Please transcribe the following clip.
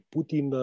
Putin